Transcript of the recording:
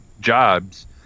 jobs